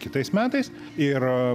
kitais metais ir